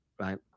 right